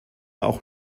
auch